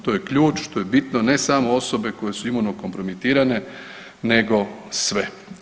To je ključ, to je bitno ne samo osobe koje su imuno kompromitirane, nego sve.